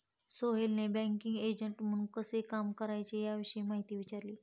सोहेलने banking agent म्हणून कसे काम करावे याविषयी माहिती विचारली